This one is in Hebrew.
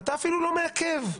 ואתה אפילו לא מעכב.